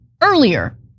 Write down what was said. earlier